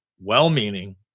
well-meaning